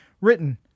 written